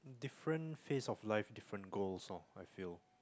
different phrase of life different goals lor I feel